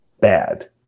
bad